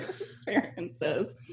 experiences